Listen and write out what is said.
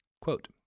Quote